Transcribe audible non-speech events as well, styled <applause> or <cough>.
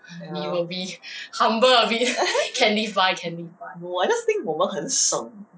ya <laughs> no I just think 我们很省